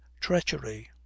treachery